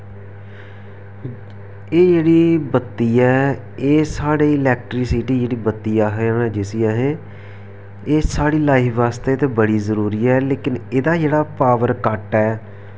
एह् जेह्ड़ी बत्ती ऐ एह् साढ़े इलैक्ट्रिसिटी बत्ती आखदे होन्ने जिस्सी अस एह् साढ़ी लाईफ बास्तै ते बड़ी जरूरी ऐ लेकिन एह्दा जेह्ड़ा पॉवर कट्ट ऐ